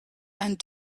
and